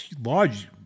large